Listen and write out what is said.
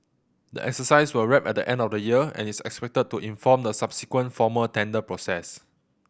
the exercise will wrap at the end of the year and is expected to inform the subsequent formal tender process